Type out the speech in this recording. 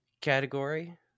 category